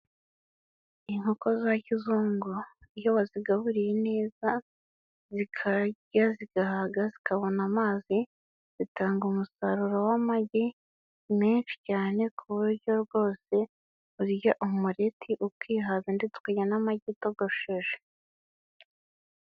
Inkoko za kizungu iyo bazigaburiye neza zikarya zigahaga zikabona amazi, zitanga umusaruro w'amagi menshi cyane ku buryo bwose urya umuleti ukihaza ndetse ukarya n'amagi atogosheje.